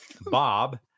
Bob